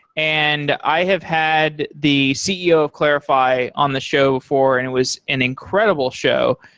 and i have had the ceo of clarifai on the show for and it was an incredible show.